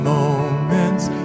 moments